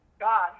God